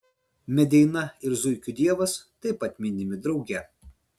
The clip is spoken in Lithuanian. medeina ir zuikių dievas taip pat minimi drauge